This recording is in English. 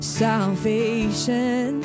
salvation